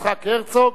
יצחק הרצוג,